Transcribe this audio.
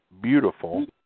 beautiful